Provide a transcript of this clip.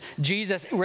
Jesus